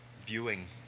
viewing